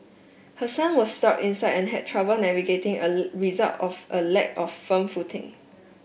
her son was stuck inside and had trouble navigating a result of a lack of firm footing